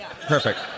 perfect